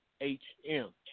H-M